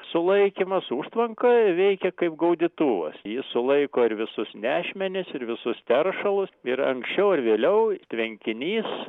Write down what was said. sulaikymas užtvanka ji veikia kaip gaudytuvas ji sulaiko ir visus nešmenis ir visus teršalus ir anksčiau ar vėliau tvenkinys